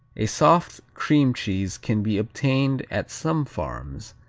a soft cream cheese can be obtained at some farms,